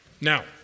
Now